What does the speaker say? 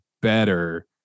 better